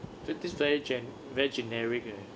f~ that's very gen~ very generic eh